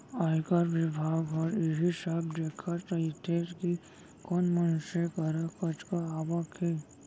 आयकर बिभाग ह इही सब देखत रइथे कि कोन मनसे करा कतका आवक हे